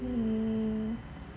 hmm